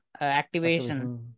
activation